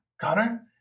Connor